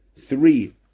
three